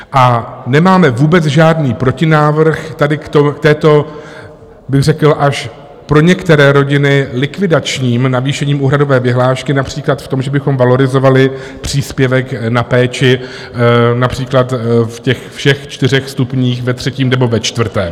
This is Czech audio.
A nemáme vůbec žádný protinávrh tady k těmto bych řekl až pro některé rodiny likvidačním navýšením úhradové vyhlášky například v tom, že bychom valorizovali příspěvek na péči například ve všech čtyřech stupních, ve třetím nebo ve čtvrtém.